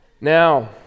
Now